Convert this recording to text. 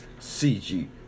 CG